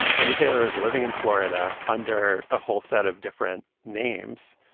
linda taylor is living in florida under a whole set of different names.